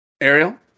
Ariel